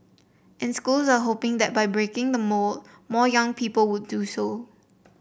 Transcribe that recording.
and schools are hoping that by breaking the mould more young people will do so